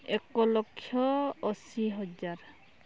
ଏକଲକ୍ଷ ଅଶୀହଜାର